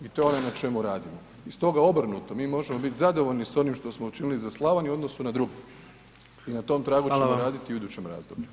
I to je ono na čemu radimo i stoga obrnuto, mi možemo biti zadovoljni s onim što smo učinili za Slavoniju u odnosu na druge i na tom tragu [[Upadica predsjednik: Hvala vam.]] ćemo raditi i u idućem razdoblju.